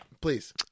please